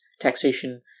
taxation